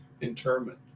interment